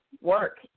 work